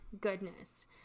goodness